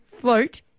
float